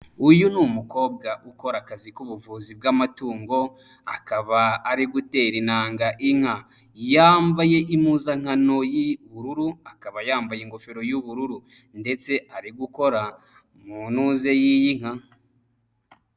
Uyu ni umukobwa ukora akazi k'ubuvuzi bw'amatungo akaba ari gutera inanga inka, yambaye impuzankano y'ubururu, akaba yambaye ingofero y'ubururu ndetse ari gukora mu ntuze y'iyi nka.